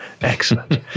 excellent